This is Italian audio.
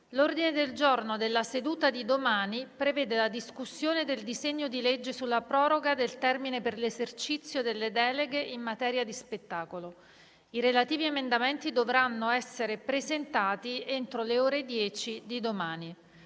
L'ordine del giorno della seduta di domani prevede la discussione del disegno di legge sulla proroga del termine per l'esercizio delle deleghe in materia di spettacolo. I relativi emendamenti dovranno essere presentati entro le ore 10 di domani.